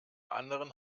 anderen